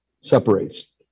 separates